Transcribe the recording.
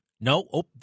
No